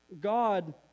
God